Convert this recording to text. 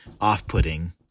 off-putting